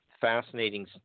fascinating